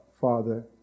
Father